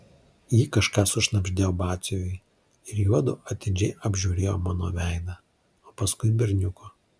ji kažką sušnabždėjo batsiuviui ir juodu atidžiai apžiūrėjo mano veidą o paskui berniuko